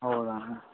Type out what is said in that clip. ಹೌದಾ